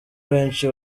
benshi